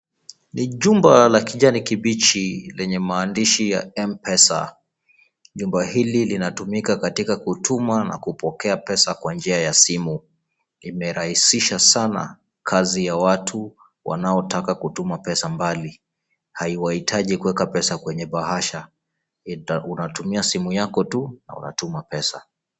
Ni jumba la kijani kibichi lenye mahandishi ya M-Pesa. Jumba hili linatumika katika kutuma na kupokea pesa kwa njia ya simu. Imerahisisha sana kazi ya watu wanaotaka kutuma pesa mbali haiwahitaji kuweka pesa kwenye bahasha unatumia simu yako tu na unatuma pesa.